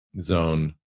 zone